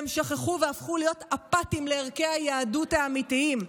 והם שכחו והפכו להיות אמפתיים לערכי היהדות האמיתיים: